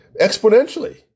exponentially